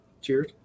cheers